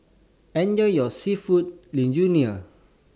Enjoy your Seafood Linguine